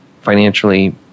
financially